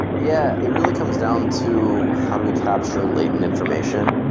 yeah. it really comes down to how do we capture latent information.